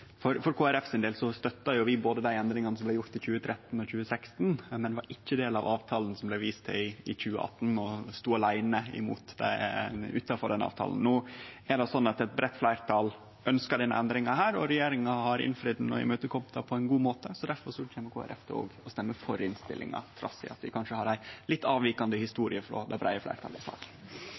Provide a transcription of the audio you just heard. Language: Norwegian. For Kristeleg Folkeparti sin del er det slik at vi støtta både dei endringane som vart gjorde i 2013 og i 2016, men var ikkje ein del av avtalen som det vart vist til, i 2018, og stod aleine utanfor den avtalen. No er det slik at eit breitt fleirtal ønskjer denne endringa, og regjeringa har innfridd og imøtekome det på ein god måte, så difor kjem Kristeleg Folkeparti òg til å stemme for innstillinga, trass i at vi kanskje har ei litt avvikande historie frå det breie fleirtalet i saka.